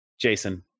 Jason